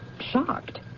shocked